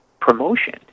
promotion